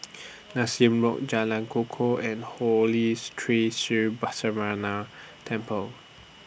Nassim Road Jalan Kukoh and Holy's Tree Sri Balasubramaniar Temple